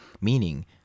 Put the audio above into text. meaning